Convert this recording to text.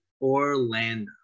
Orlando